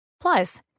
Plus